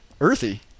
Earthy